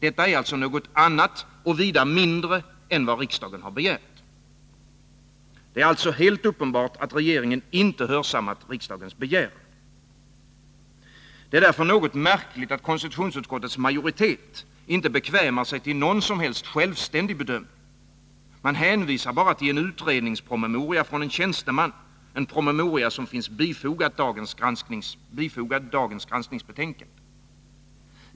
Detta är något annat och vida mindre än vad riksdagen har begärt. Det är alltså helt uppenbart att regeringen inte har hörsammat riksdagens begäran. Det är därför något märkligt att konstitutionsutskottets majoritet inte bekvämar sig till någon som helst självständig bedömning. Man hänvisar bara till en utredningspromemoria från en tjänsteman, en promemoria som har bifogats dagens granskningsbetänkande.